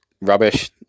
rubbish